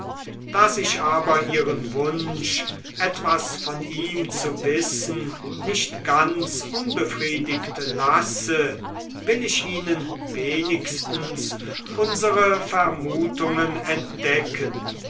daß ich aber ihren wunsch etwas von ihm zu wissen nicht ganz unbefriedigt lasse will ich ihnen wenigstens unsere vermutungen entdecken